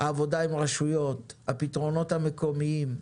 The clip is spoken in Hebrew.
העבודה עם רשויות, הפתרונות המקומיים,